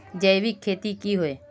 जैविक खेती की होय?